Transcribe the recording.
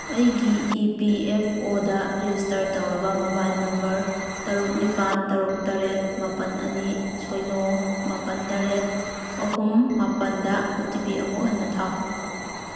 ꯑꯩꯒꯤ E P F ꯑꯣꯗ register ꯇꯧꯔꯕ ꯃꯣꯕꯥꯏꯟ ꯅꯝꯕꯔ ꯇꯔꯨꯛ ꯅꯤꯄꯥꯜ ꯇꯔꯨꯛ ꯇꯔꯦꯠ ꯃꯥꯄꯜ ꯑꯅꯤ ꯁꯤꯅꯣ ꯃꯥꯄꯜ ꯇꯔꯦꯠ ꯑꯍꯨꯝ ꯃꯥꯄꯜꯗ ꯑꯣ ꯇꯤ ꯄꯤ ꯑꯃꯨꯛ ꯍꯟꯅ ꯊꯥꯎ